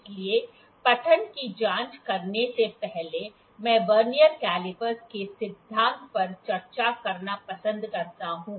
इसलिए पठन की जाँच करने से पहले मैं वर्नियर कैलीपर के सिद्धांत पर चर्चा करना पसंद करता हूँ